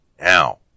Now